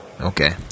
Okay